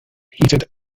heated